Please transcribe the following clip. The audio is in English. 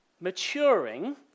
maturing